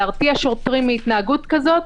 להרתיע שוטרים מהתנהגות כזאת.